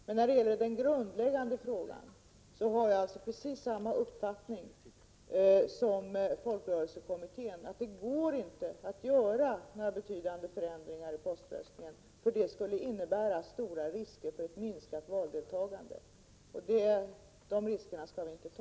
Men när det gäller den grundläggande frågan har jag precis samma uppfattning som folkstyrelsekommittén, att det inte går att göra några betydande förändringar i poströstningen. Det skulle innebära stora risker för minskat valdeltagande. De riskerna skall vi inte ta.